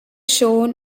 shown